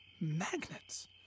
Magnets